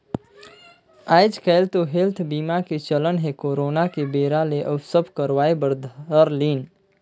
आएज काएल तो हेल्थ बीमा के चलन हे करोना के बेरा ले अउ सब करवाय बर धर लिन